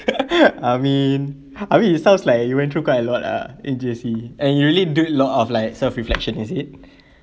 I mean I mean it sounds like you went through quite a lot lah in J_C and you really did a lot of like self reflection is it